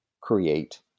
create